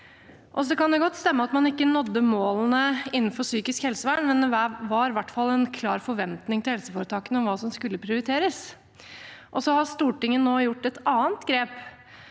det godt stemme at man ikke nådde målene innenfor psykisk helsevern, men det var i hvert fall en klar forventning til helseforetakene om hva som skulle prioriteres. Så har Stortinget nå tatt et annet grep.